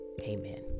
Amen